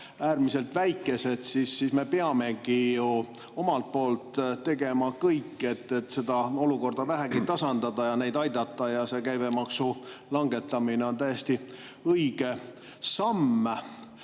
äärmiselt väikesed, me peamegi ju omalt poolt tegema kõik, et seda olukorda vähegi tasandada ja neid aidata. Käibemaksu langetamine on täiesti õige samm.